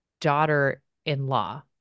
daughter-in-law